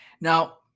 Now